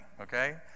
okay